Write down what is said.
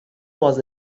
was